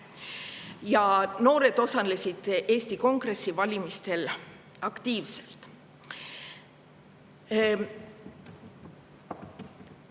Noored osalesid Eesti Kongressi valimistel aktiivselt.